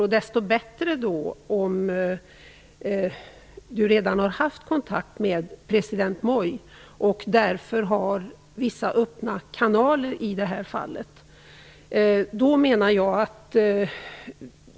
Då är det ju bra om utrikesministern redan har haft kontakt med president Moi och har vissa öppna kanaler.